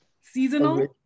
seasonal